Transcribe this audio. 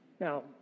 Now